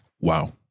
Wow